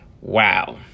Wow